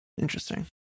Interesting